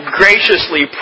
graciously